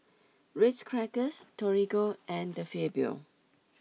Ritz Crackers Torigo and De Fabio